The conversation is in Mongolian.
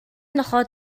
нохой